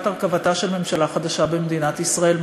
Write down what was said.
הרכבתה של ממשלה חדשה במדינת ישראל,